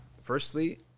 Firstly